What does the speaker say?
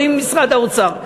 אומרים במשרד האוצר.